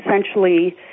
essentially